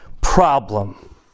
problem